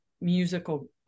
musical